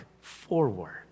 forward